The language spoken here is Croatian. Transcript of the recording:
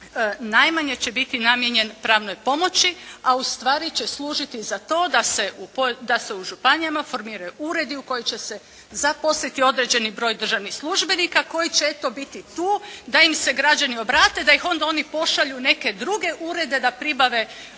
najmanje će biti namijenjen pravnoj pomoći, a ustvari će služiti za to da se u županijama formiraju uredi u koji će se zaposliti određeni broj državnih službenika koji će eto, biti tu da im se građani obrate, da ih onda oni pošalju u neke druge urede da pribave